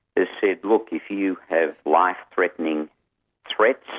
has said, look, if you have life-threatening threats,